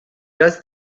does